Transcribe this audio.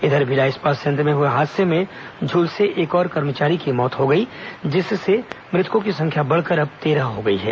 इधर भिलाई इस्पात संयंत्र में हए हादसे में झलसे एक और कर्मचारी की मौत हो गई जिससे मृतकों की संख्या बढ़कर अब तेरह हो गई है